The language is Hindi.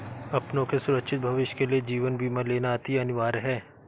अपनों के सुरक्षित भविष्य के लिए जीवन बीमा लेना अति अनिवार्य है